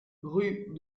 rue